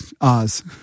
Oz